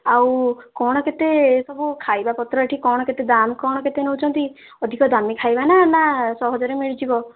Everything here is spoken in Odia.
ଆଉ କ'ଣ କେତେ ସବୁ ଖାଇବାପତ୍ର ଏଠି କ'ଣ କେତେ ଦାମ୍ କ'ଣ କେତେ ନେଉଛନ୍ତି ଅଧିକ ଦାମୀ ଖାଇବା ନା ନା ସହଜରେ ମିଳିଯିବ